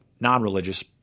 non-religious